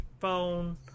phone